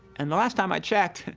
and the last time i checked,